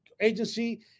agency